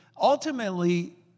ultimately